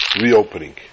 Reopening